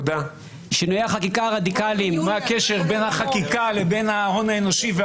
שינויי החקיקה הרדיקליים- -- מה הקשר בין ההון האנושי?